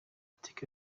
iteka